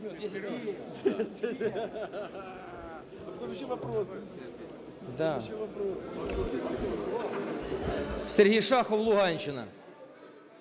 Сергій Шахов, Луганщина.